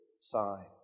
sign